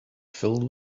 filled